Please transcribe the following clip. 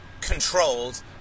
controlled